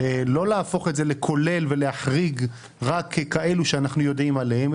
שלא להפוך את זה לכולל ולהחריג רק כאלו שאנחנו יודעים עליהם,